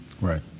Right